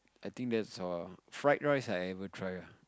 I think that's all fried rice I ever try ah